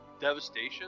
Devastation